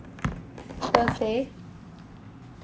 thursday